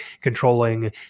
controlling